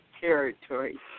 territory